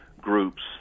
groups